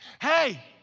Hey